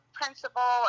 principal